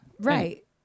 Right